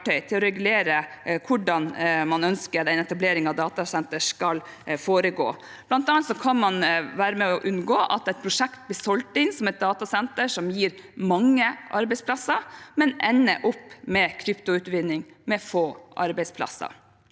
til å regulere hvordan man ønsker at etablering av datasentre skal foregå. Blant annet kan man være med på å unngå at et prosjekt blir solgt inn som et datasenter som gir mange arbeidsplasser, men ender opp med kryptoutvinning, som gir få arbeidsplasser.